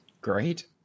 Great